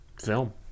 film